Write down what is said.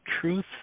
truth